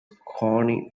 connie